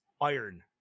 iron